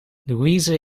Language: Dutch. louise